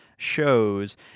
shows